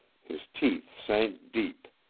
his teeth sank deep,